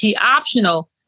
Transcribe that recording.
optional